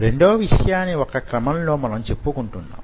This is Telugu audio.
రెండవ విషయాన్ని వొక క్రమంలో మనం చెప్పుకుంటున్నాం